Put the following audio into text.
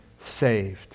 saved